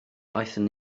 aethon